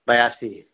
बयासी